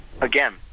Again